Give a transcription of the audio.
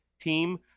team